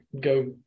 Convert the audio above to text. go